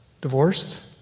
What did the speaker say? divorced